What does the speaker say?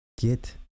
Get